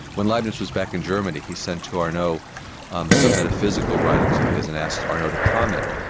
when leibniz was back in germany he sent to arnauld um some metaphysical writings of his and asked arnauld to comment,